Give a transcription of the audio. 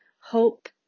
hope